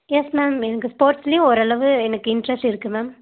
S ma'am எனக்கு ஸ்போர்ட்ஸ்லேயும் ஓரளவு எனக்கு இண்ட்ரெஸ்ட் இருக்குது மேம்